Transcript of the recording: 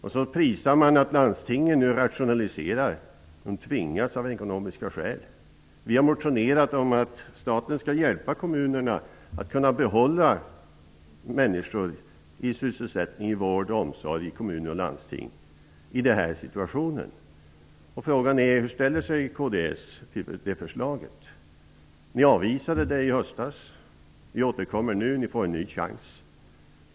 Sedan prisar man det faktum att landstingen nu rationaliserar -- de tvingas till det av ekonomiska skäl. Vi har motionerat om att staten skall hjälpa kommunerna att i den här situationen behålla människor i sysselsättning inom vård och omsorg i kommuner och landsting. Frågan är: Hur ställer sig kds till det förslaget? Ni avvisade det i höstas. Vi återkommer nu, och ni får en ny chans.